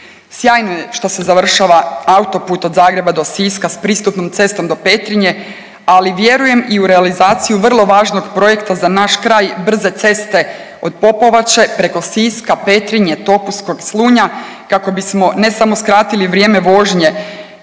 Sjajno je što se završava autoput od Zagreba do Siska sa pristupnom cestom do Petrinje, ali vjerujem i u realizaciju vrlo važnog projekta za naš kraj brze ceste od Popovače preko Siska, Petrinje, Topuskog, Slunja kako bismo ne samo skratili vrijeme vožnje